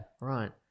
Right